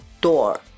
DOOR